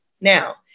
Now